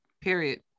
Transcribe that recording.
period